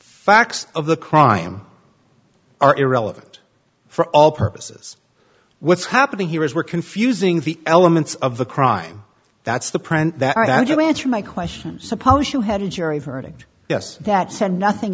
facts of the crime are irrelevant for all purposes what's happening here is we're confusing the elements of the crime that's the print that and you answer my question suppose you had a jury verdict yes that said nothing